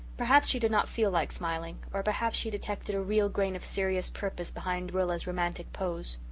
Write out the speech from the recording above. perhaps she did not feel like smiling or perhaps she detected a real grain of serious purpose behind rilla's romantic pose.